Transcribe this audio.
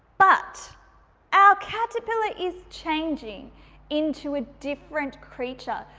but our caterpillar is changing into a different creature.